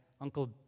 Uncle